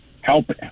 help